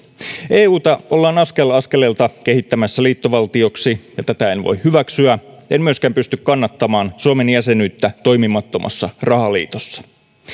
euta ollaan askel askeleelta kehittämässä liittovaltioksi ja tätä en voi hyväksyä en myöskään pysty kannattamaan suomen jäsenyyttä toimimattomassa rahaliitossa